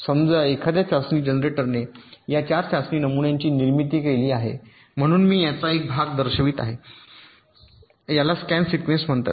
समजा एखाद्या चाचणी जनरेटरने या 4 चाचणी नमुन्यांची निर्मिती केली आहे म्हणून मी याचा एक भाग दर्शवित आहे आकृती याला स्कॅन सीक्वेन्स म्हणतात